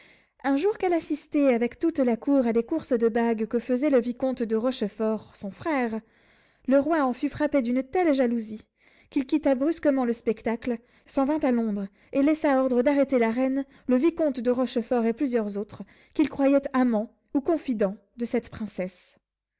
un jour qu'elle assistait avec toute la cour à des courses de bague que faisait le vicomte de rochefort son frère le roi en fut frappé d'une telle jalousie qu'il quitta brusquement le spectacle s'en vint à londres et laissa ordre d'arrêter la reine le vicomte de rochefort et plusieurs autres qu'il croyait amants ou confidents de cette princesse